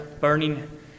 burning